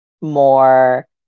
more